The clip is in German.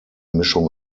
mischung